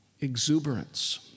exuberance